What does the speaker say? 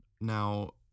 now